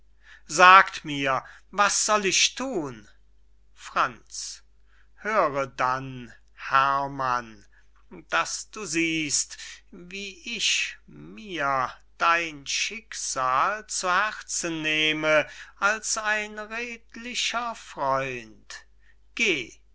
sagt mir was soll ich thun franz höre dann herrmann daß du siehst wie ich mir dein schicksal zu herzen nehme als ein redlicher freund geh